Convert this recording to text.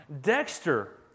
Dexter